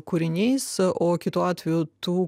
kūriniais o kitu atveju tu